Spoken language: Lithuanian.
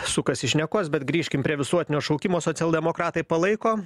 sukasi šnekos bet grįžkim prie visuotinio šaukimo socialdemokratai palaiko